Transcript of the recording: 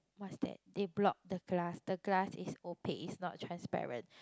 what's that they block the glass the glass is opaque it's not transparent